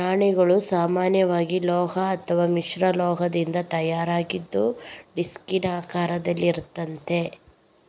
ನಾಣ್ಯಗಳು ಸಾಮಾನ್ಯವಾಗಿ ಲೋಹ ಅಥವಾ ಮಿಶ್ರಲೋಹದಿಂದ ತಯಾರಾಗಿದ್ದು ಡಿಸ್ಕಿನ ಆಕಾರದಲ್ಲಿರ್ತದೆ